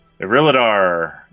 Iriladar